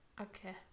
Okay